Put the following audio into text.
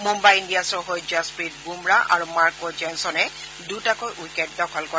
মুম্বাই ইণ্ডিয়ানছৰ হৈ যশপ্ৰীত বুমৰা আৰু মাৰ্কো জেনছনে দুটাকৈ ইউকেট দখল কৰে